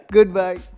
Goodbye